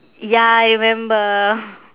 ya I remember